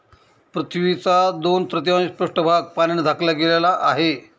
पृथ्वीचा दोन तृतीयांश पृष्ठभाग पाण्याने झाकला गेला आहे